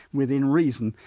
within reason,